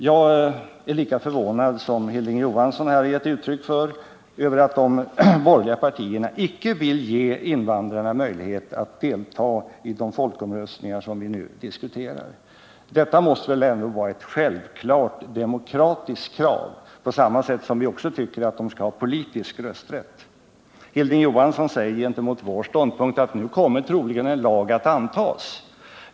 Jag är lika förvånad som Hilding Johansson här har gett uttryck för att han är över att de borgerliga partierna icke vill ge invandrarna möjlighet att delta i de folkomröstningar som vi nu diskuterar. Det måste väl ändå vara ett självklart demokratiskt krav att de skall ha den rätten på samma sätt som de enligt vår mening skall ha politisk rösträtt. Hilding Johansson säger gentemot vår ståndpunkt att en lag härom troligen kommer att antas.